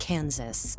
Kansas